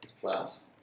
class